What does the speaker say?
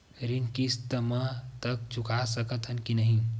ऋण किस्त मा तक चुका सकत हन कि नहीं?